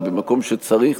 ובמקום שצריך,